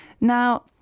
Now